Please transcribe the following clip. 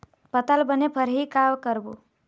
पताल बने फरही का करबो?